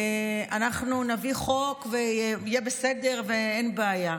אנחנו נביא חוק ויהיה בסדר, ואין בעיה.